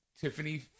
Tiffany